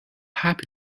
happy